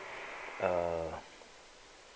uh